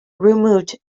removed